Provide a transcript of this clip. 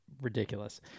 ridiculous